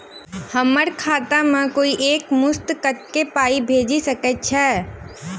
हम्मर खाता मे कोइ एक मुस्त कत्तेक पाई भेजि सकय छई?